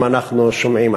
אם אנחנו שומעים,